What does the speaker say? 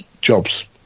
Jobs